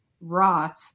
rot